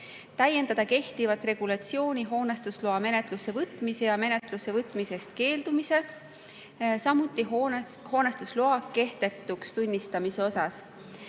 täiendada kehtivat regulatsiooni hoonestusloa menetlusse võtmise ja menetlusse võtmisest keeldumise, samuti hoonestusloa kehtetuks tunnistamise